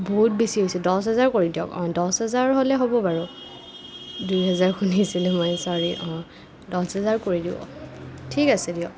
বহুত বেছি হৈছে দচ হেজাৰ কৰি দিয়ক অঁ দচ হেজাৰ হ'লে হ'ব বাৰু দুহেজাৰ শুনিছিলোঁ মই চ'ৰি অঁ দচ হেজাৰ কৰি দিব ঠিক আছে দিয়ক